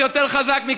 יש מסתערבים בחוץ.